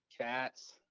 Cats